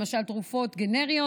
למשל תרופות גנריות,